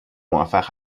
موفق